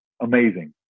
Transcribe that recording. amazing